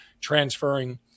transferring